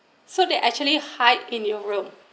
so they actually hide in your room